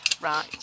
Right